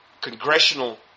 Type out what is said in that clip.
congressional